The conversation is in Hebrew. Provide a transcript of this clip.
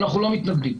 אנחנו לא מתנגדים.